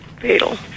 fatal